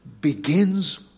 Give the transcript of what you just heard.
begins